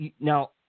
now